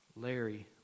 Larry